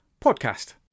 podcast